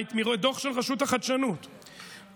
דוח של רשות החדשנות,